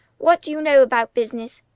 what do you know about business?